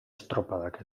estropadak